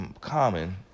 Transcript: common